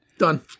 done